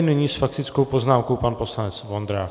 Nyní s faktickou poznámkou pan poslanec Vondrák.